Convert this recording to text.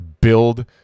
Build